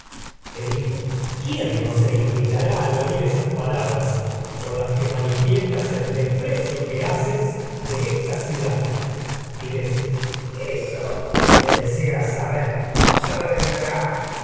edipo quién no se irritará las al oír esas palabras con que manifiestas el desprecio que haces de la ciudad tiresias eso que deseas saber ya vendrá